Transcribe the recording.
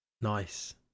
nice